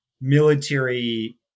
military